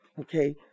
okay